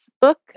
book